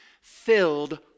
filled